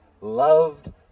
loved